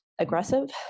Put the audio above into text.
aggressive